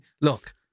look